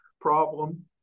problem